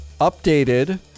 updated